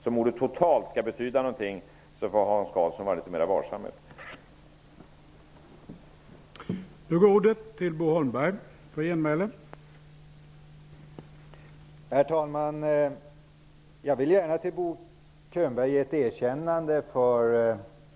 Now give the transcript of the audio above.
Om ordet total skall betyda någonting skall Hans Karlsson vara litet mera varsam med det.